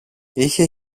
είχε